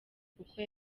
kuko